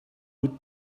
would